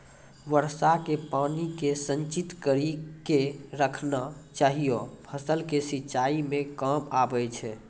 वर्षा के पानी के संचित कड़ी के रखना चाहियौ फ़सल के सिंचाई मे काम आबै छै?